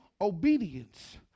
obedience